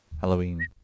Halloween